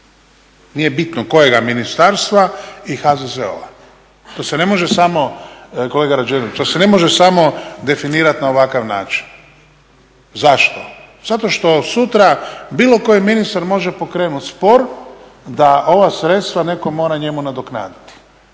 može samo, kolega Rađenović, to se ne može samo definirati na ovakav način. Zašto? Zato što sutra bilo koji ministar može pokrenuti spor da ova sredstva netko mora njemu nadoknaditi.